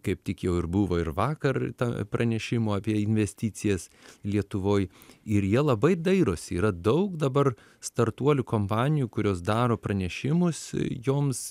kaip tik jau ir buvo ir vakar ta pranešimų apie investicijas lietuvoj ir jie labai dairosi yra daug dabar startuolių kompanijų kurios daro pranešimus joms